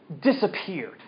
disappeared